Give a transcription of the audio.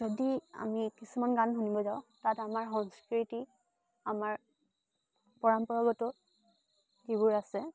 যদি আমি কিছুমান গান শুনিব যাওঁ তাত আমাৰ সংস্কৃতি আমাৰ পৰম্পৰাগত যিবোৰ আছে